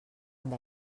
amb